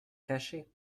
cacher